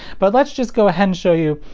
but let's just go ahead and show you.